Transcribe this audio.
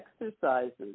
exercises